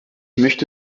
möchte